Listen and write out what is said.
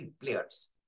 players